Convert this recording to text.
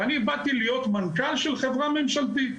ואני באתי להיות מנכ"ל של חברה ממשלתית.